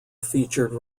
featured